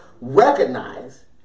recognize